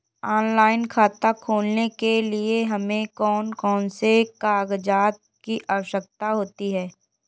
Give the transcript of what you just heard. Online खाता खोलने के लिए हमें कौन कौन से कागजात की आवश्यकता होती है?